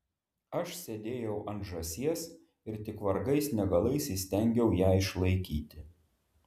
aš sėdėjau ant žąsies ir tik vargais negalais įstengiau ją išlaikyti